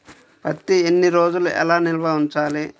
పత్తి ఎన్ని రోజులు ఎలా నిల్వ ఉంచాలి?